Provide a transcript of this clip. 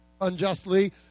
unjustly